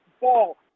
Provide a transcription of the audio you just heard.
ball